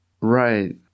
Right